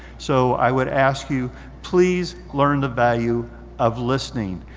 so i would ask you please learn the value of listening.